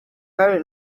very